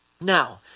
Now